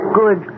good